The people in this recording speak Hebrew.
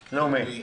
הלאומי.